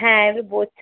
হ্যাঁ একটু বসে